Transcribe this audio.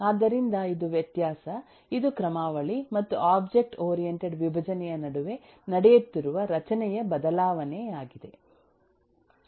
ಆದ್ದರಿಂದ ಇದು ವ್ಯತ್ಯಾಸ ಇದು ಕ್ರಮಾವಳಿ ಮತ್ತು ಒಬ್ಜೆಕ್ಟ್ ಓರಿಯಂಟೆಡ್ ವಿಭಜನೆಯ ನಡುವೆ ನಡೆಯುತ್ತಿರುವ ರಚನೆಯ ಬದಲಾವಣೆಯಾಗಿದೆ